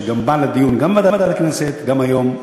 שבא לדיון גם בוועדת הכספים וגם היום.